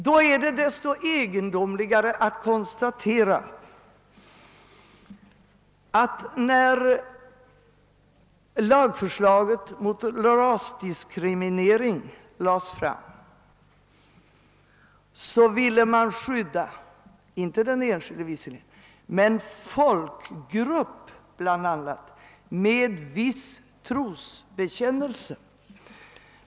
Det är då desto egendomligare att kunna konstatera, att när lagförslaget mot rasdiskriminering lades fram ville man visserligen inte skydda den enskilde, men man ville skydda bl.a. folkgrupp med »viss trosbekännelse».